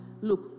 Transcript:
look